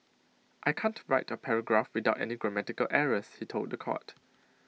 I can't write A paragraph without any grammatical errors he told The Court